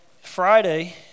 Friday